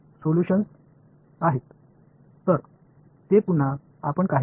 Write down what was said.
எனவே நடுத்தர அதிர்வெண் வரம்பில் தீர்வுகள் போன்ற அலை உள்ளது